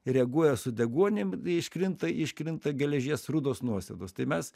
ir reaguoja su deguonimi iškrinta iškrinta geležies rudos nuosėdos tai mes